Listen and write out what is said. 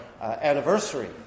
anniversary